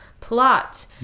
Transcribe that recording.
Plot